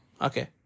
Okay